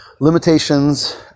limitations